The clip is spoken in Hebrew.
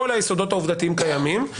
כל היסודות העובדתיים קיימים,